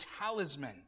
talisman